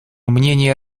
мнение